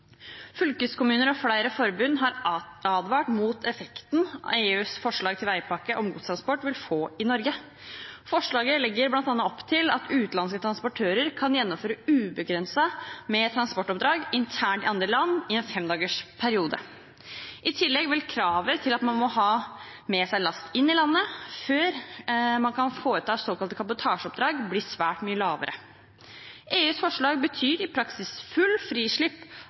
Fylkeskommuner og flere forbund har advart mot effekten EUs forslag til veipakke og godstransport vil få i Norge. Forslaget legger bl.a. opp til at utenlandske transportører kan gjennomføre ubegrenset med transportoppdrag internt i andre land i en femdagersperiode. I tillegg vil kravet til at man må ha med seg last inn i land før man kan foreta såkalte kabotasjeoppdrag, bli svært mye lavere. EUs forslag betyr i praksis fullt frislipp